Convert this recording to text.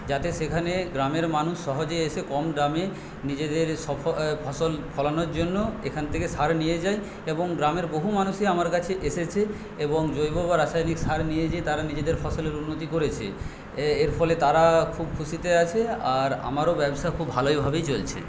যাতে সেখানে গ্রামের মানুষ সহজে এসে কম দামে নিজেদের সফল ফসল ফলানোর জন্য এখান থেকে সার নিয়ে যায় এবং গ্রামের বহু মানুষই আমার কাছে এসেছে এবং জৈব বা রাসায়নিক সার নিয়ে গিয়ে তারা নিজেদের ফসলের উন্নতি করেছে এর ফলে তারা খুব খুশিতে আছে আর আমারও ব্যবসা খুব ভালোভাবে চলছে